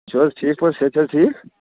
تُہۍ چھُو حظ ٹھیٖک پأٹھۍ صحت چھُ حظ ٹھیٖک